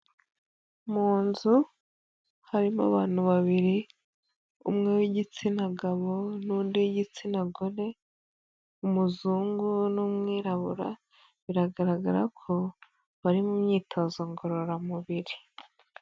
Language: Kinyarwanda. Mu nzu harimo abantu babiri, umwe w'igitsina gabo n'undi w'igitsina gore, umuzungu n'umwirabura, biragaragara ko bari mu myitozo ngororamubiri.